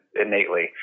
innately